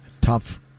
tough